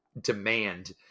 demand